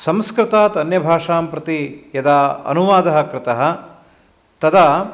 संस्कृतात् अन्यभाषां प्रति यदा अनुवादः कृतः तदा